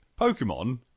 Pokemon